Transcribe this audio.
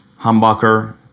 Humbucker